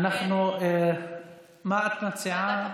מה את מציעה?